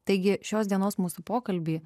taigi šios dienos mūsų pokalbį